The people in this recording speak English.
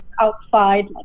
outside